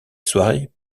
soirée